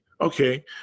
okay